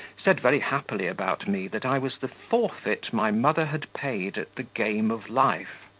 said very happily about me that i was the forfeit my mother had paid at the game of life.